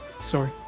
Sorry